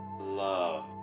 love